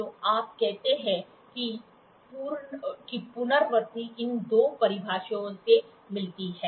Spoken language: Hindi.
तो आप कहते हैं कि पुनरावृत्ति इन दो परिभाषाओं में मिलती है